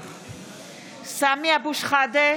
סמי אבו שחאדה